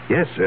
Yes